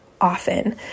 often